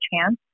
chance